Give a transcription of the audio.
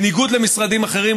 בניגוד למשרדים אחרים,